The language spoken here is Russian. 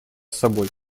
собой